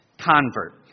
convert